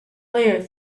layer